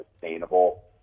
sustainable